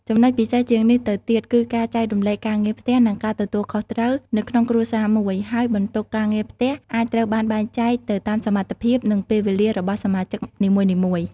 ចំណុចពិសេសជាងនេះទៅទៀត គឺការចែករំលែកការងារផ្ទះ និងការទទួលខុសត្រូវ នៅក្នុងគ្រួសារមួយ ហើយបន្ទុកការងារផ្ទះអាចត្រូវបានបែងចែកទៅតាមសមត្ថភាព និងពេលវេលារបស់សមាជិកនីមួយៗ។